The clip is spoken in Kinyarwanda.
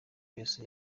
yesu